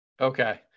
Okay